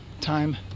time